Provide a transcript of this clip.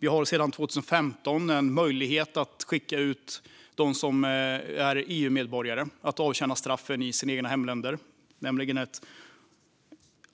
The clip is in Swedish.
Vi har sedan 2015 en möjlighet att skicka ut EU-medborgare så att de kan avtjäna straffen i sina hemländer. Det handlar nämligen om ett